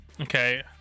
Okay